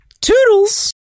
Toodles